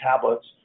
tablets